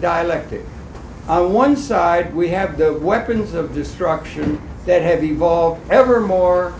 dialectic one side we have the weapons of destruction that have evolved ever more